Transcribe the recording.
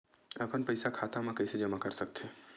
अपन पईसा खाता मा कइसे जमा कर थे?